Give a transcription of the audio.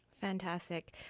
Fantastic